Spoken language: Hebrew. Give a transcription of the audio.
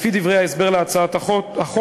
לפי דברי ההסבר להצעת החוק,